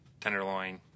tenderloin